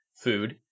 food